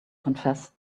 confessed